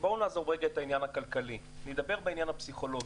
נעזוב לרגע את העניין הכלכלי ונתמקד בצד הפסיכולוגי.